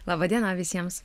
laba diena visiems